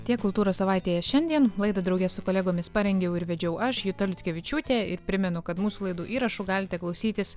tiek kultūros savaitėje šiandien laidą drauge su kolegomis parengiau ir vedžiau aš juta liutkevičiūtė ir primenu kad mūsų laidų įrašų galite klausytis